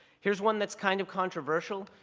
here's one that's kind of controversial.